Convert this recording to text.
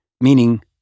Meaning